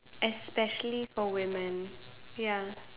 especially for women ya